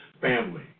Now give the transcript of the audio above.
family